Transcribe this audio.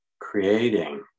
creating